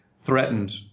threatened